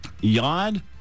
Yod